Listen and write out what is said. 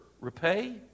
repay